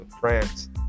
France